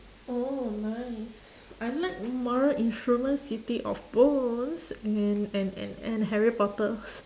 oh nice I like mortal-instruments city-of-bones and and and and harry-potter also